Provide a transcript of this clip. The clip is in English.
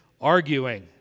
arguing